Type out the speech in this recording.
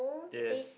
yes